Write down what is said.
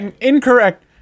Incorrect